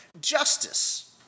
justice